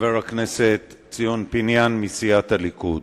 לחבר הכנסת ציון פיניאן מסיעת הליכוד.